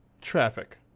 traffic